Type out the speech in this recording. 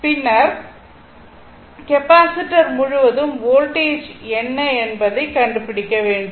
பின்னர் கெப்பாசிட்டர் முழுவதும் வோல்டேஜ் என்ன என்பதை கண்டுபிடிக்க வேண்டும்